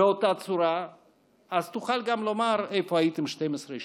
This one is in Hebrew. באותה צורה אז תוכל גם לומר "איפה הייתם 12 שנה".